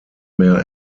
mehr